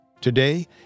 Today